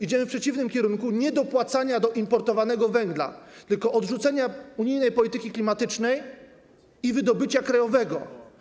Idziemy w przeciwnym kierunku - nie dopłacania do importowanego węgla, tylko odrzucenia unijnej polityki klimatycznej i wydobycia krajowego.